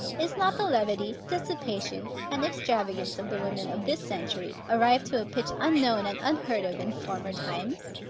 is not the levity, dissipation, and extravagance of the women of this century arrived to a pitch unknown and unheard of in former times?